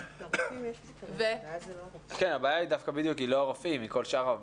היא לא הרופאים אלא כל שאר העובדים.